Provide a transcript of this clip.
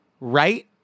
Right